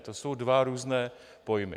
To jsou dva různé pojmy.